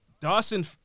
dawson